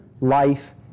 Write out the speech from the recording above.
life